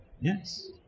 Yes